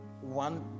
one